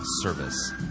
service